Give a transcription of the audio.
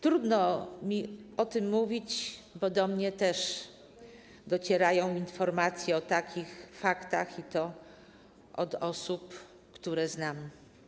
Trudno mi o tym mówić, bo do mnie też docierają informacje o takich faktach, i to od osób, które znam.